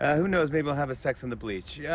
who knows? maybe i'll have a sex on the bleach. yeah